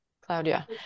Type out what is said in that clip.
claudia